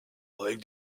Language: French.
avec